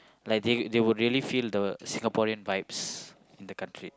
like they they will really feel the Singaporeans vibes in the country